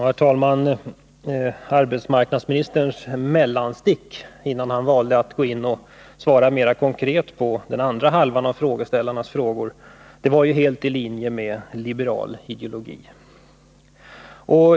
Herr talman! Arbetsmarknadsministerns mellanstick, innan han valde att gå in och svara mer konkret på den andra hälften av frågeställarnas frågor, var helt i linje med liberal ideologi.